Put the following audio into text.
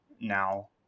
now